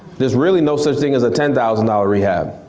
there's really no such thing as a ten thousand dollars rehab,